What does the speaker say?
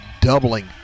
doubling